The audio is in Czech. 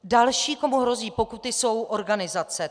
Další, komu hrozí pokuty, jsou organizace.